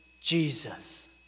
Jesus